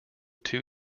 two